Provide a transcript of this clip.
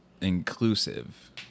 inclusive